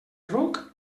ruc